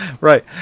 right